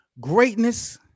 Greatness